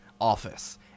office